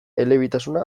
elebitasuna